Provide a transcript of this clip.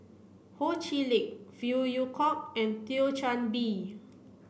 Ho Chee Lick Phey Yew Kok and Thio Chan Bee